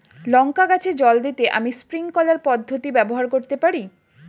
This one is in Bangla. লঙ্কা গাছে জল দিতে আমি স্প্রিংকলার পদ্ধতি ব্যবহার করতে পারি?